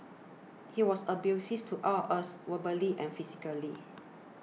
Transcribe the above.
he was abuses to all us verbally and physically